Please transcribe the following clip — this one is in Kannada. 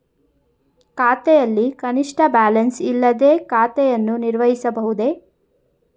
ಖಾತೆಯಲ್ಲಿ ಕನಿಷ್ಠ ಬ್ಯಾಲೆನ್ಸ್ ಇಲ್ಲದೆ ಖಾತೆಯನ್ನು ನಿರ್ವಹಿಸಬಹುದೇ?